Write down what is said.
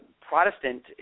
Protestant